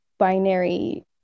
binary